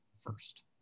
first